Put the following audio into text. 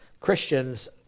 Christians